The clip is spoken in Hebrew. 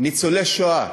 ניצולי שואה.